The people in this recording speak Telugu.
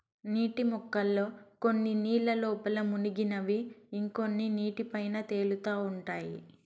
నీటి మొక్కల్లో కొన్ని నీళ్ళ లోపల మునిగినవి ఇంకొన్ని నీటి పైన తేలుతా ఉంటాయి